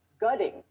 gutting